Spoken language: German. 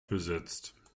besetzt